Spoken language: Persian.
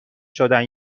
شدن